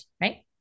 right